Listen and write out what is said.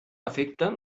afecten